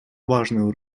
важную